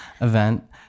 event